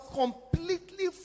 completely